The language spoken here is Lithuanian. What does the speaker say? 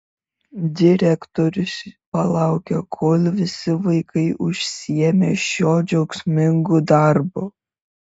direktorius palaukė kol visi vaikai užsiėmė šiuo džiaugsmingu darbu